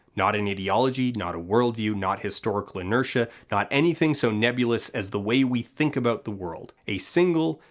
not an ideology, not a worldview, not historical inertia, not anything so nebulous as the way we think about the world. a single,